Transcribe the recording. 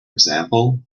example